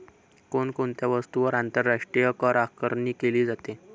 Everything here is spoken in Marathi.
कोण कोणत्या वस्तूंवर आंतरराष्ट्रीय करआकारणी केली जाते?